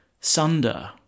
sunder